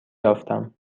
یافتم